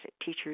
teachers